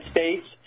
States